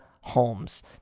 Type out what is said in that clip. Holmes